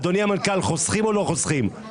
אדוני המנכ"ל, חוסכים או לא חוסכים?